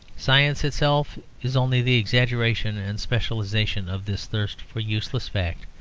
science itself is only the exaggeration and specialization of this thirst for useless fact,